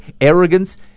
arrogance